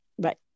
Right